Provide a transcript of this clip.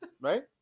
Right